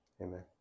Amen